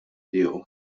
tiegħu